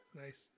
nice